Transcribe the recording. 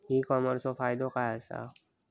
E कॉमर्सचो फायदो काय असा?